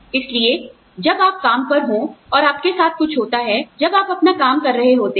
इसलिए जब आप काम पर हों और आपके साथ कुछ होता है जब आप अपना काम कर रहे होते हैं